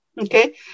Okay